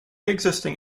existing